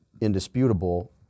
indisputable